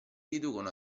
riducono